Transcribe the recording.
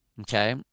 okay